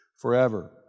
forever